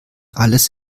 alles